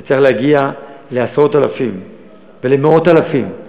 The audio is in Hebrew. זה צריך להגיע לעשרות אלפים ולמאות אלפים.